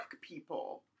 people